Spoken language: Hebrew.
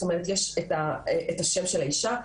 יש את השם של האישה,